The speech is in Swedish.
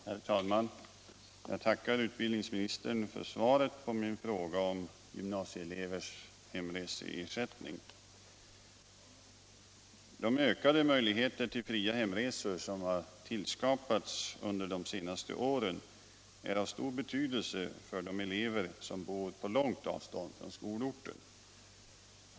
Herr talman! Jag tackar utbildningsministern för svaret på min fråga om gymnasieelevers hemreseersättning. De ökade möjligheter till fria hemresor som har skapats under de senaste åren är av stor betydelse för de elever som bor på långt avstånd från skolorten.